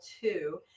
two